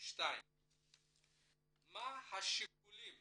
2. מה השיקולים